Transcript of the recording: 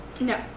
No